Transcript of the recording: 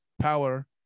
power